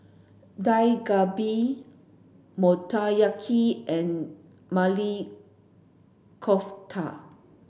Dak Galbi Motoyaki and Maili Kofta